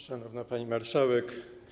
Szanowna Pani Marszałek!